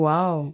Wow